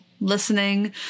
listening